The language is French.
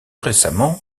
récemment